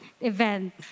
event